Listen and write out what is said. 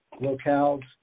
locales